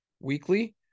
weekly